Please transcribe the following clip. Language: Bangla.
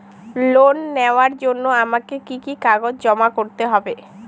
লোন নেওয়ার জন্য আমাকে কি কি কাগজ জমা করতে হবে?